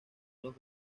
los